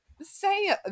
say